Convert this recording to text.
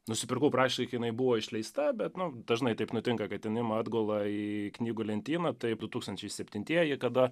nusipirkau praktiškai kai jinai buvo išleista be nu dažnai taip nutinka kad jinai atgula į knygų lentyną tai du tūkstančiai septintieji kada